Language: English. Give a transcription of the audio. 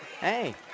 Hey